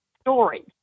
story